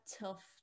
tough